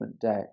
day